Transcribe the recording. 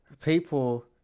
people